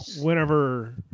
whenever